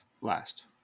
last